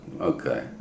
Okay